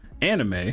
anime